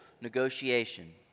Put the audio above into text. negotiation